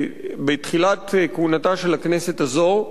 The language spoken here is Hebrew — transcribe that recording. בתחילת כהונתה של הכנסת הזאת,